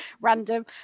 random